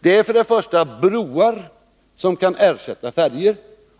Det gäller först och främst byggande av broar, som kan ersätta färjor.